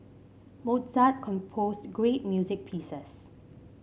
Mozart composed great music pieces